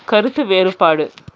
கருத்து வேறுபாடு